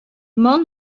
man